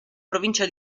provincia